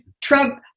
Trump